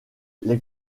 les